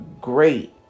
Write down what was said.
great